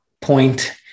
point